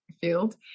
field